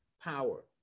power